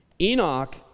Enoch